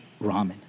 ramen